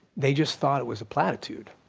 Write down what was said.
they just thought it was a platitude.